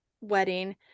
wedding